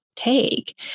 take